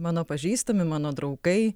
mano pažįstami mano draugai